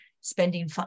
spending